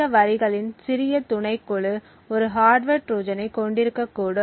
இந்த வரிகளின் சிறிய துணைக்குழு ஒரு ஹார்ட்வர் ட்ரோஜனைக் கொண்டிருக்கக்கூடும்